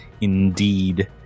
indeed